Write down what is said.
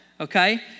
okay